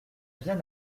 bien